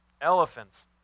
Elephants